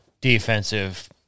defensive